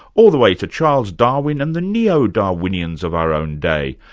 all the way to charles darwin and the neo-darwinians of our own day,